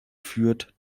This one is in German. führt